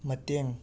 ꯃꯇꯦꯡ